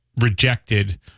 rejected